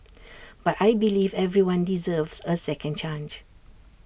but I believe everyone deserves A second chance